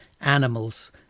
animals